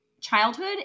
childhood